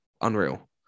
Unreal